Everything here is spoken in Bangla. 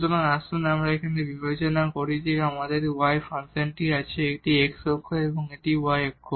সুতরাং আসুন আমরা এখানে বিবেচনা করি যে আমাদের y ফাংশন আছে এটি x অক্ষ এবং এটি আপনার y অক্ষ